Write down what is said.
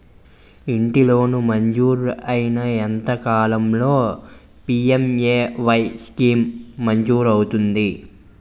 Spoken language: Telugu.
ఇంటి లోన్ మంజూరైన ఎంత కాలంలో పి.ఎం.ఎ.వై స్కీమ్ మంజూరు అవుతుంది?